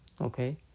okay